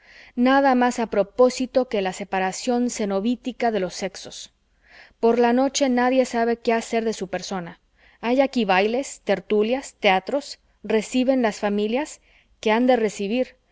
nada más a propósito que la separación cenobítica de los sexos por la noche nadie sabe qué hacer de su persona hay aquí bailes tertulias teatros reciben las familias qué han de recibir